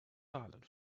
silent